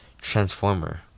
transformer